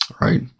Right